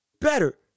better